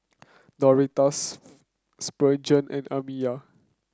Doretha Spurgeon and Amiya